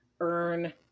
earn